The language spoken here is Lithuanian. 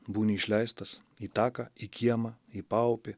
būni išleistas į taką į kiemą į paupį